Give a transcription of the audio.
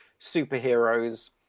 superheroes